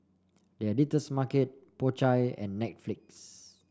The Editor's Market Po Chai and Netflix